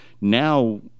Now